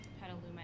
Petaluma